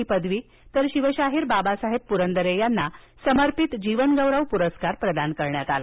ही पदवी तर शिवशाहीर बाबासाहेब पुरंदरे यांना समर्पित जीवन गौरव प्रस्कार प्रदान करण्यात आला